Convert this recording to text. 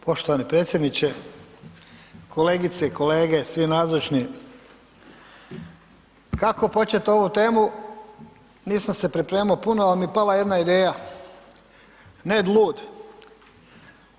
Poštovani predsjedniče, kolegice i kolege, svi nazočni, kako počet ovu temu, nisam se pripremao puno, al mi pala jedna ideja, Ned Lud.